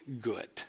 good